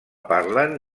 parlen